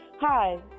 Hi